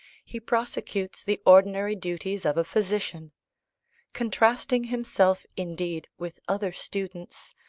he prosecutes the ordinary duties of a physician contrasting himself indeed with other students,